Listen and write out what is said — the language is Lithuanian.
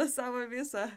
savo visą